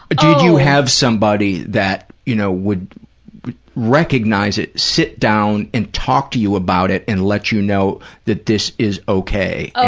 but did you have somebody that, you know, would recognize it, sit down and talk to you about it and let you know that this is okay and